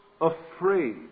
afraid